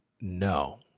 no